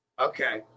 Okay